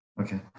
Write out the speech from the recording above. okay